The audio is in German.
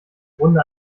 grunde